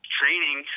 training